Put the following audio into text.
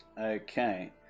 Okay